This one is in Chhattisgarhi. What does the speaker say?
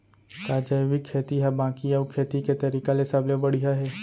का जैविक खेती हा बाकी अऊ खेती के तरीका ले सबले बढ़िया हे?